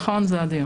נכון, זה הדיון.